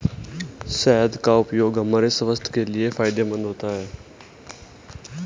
शहद का उपयोग हमारे स्वास्थ्य के लिए फायदेमंद होता है